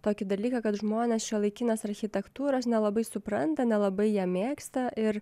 tokį dalyką kad žmonės šiuolaikinės architektūros nelabai supranta nelabai ją mėgsta ir